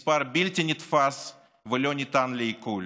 מספר בלתי נתפס ולא ניתן לעיכול.